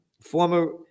Former